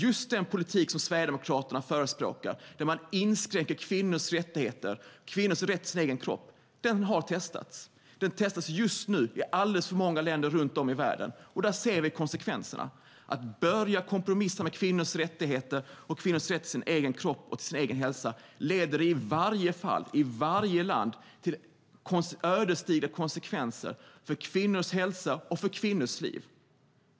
Just den politik som Sverigedemokraterna förespråkar, där man inskränker kvinnors rättigheter, kvinnors rätt till sin egen kropp, har testats. Den testas just nu i alldeles för många länder runt om i världen. Där ser vi konsekvenserna. Att börja kompromissa med kvinnors rättigheter och kvinnors rätt till sin egen kropp och till sin egen hälsa får i varje land ödesdigra konsekvenser för kvinnors hälsa och för kvinnors liv.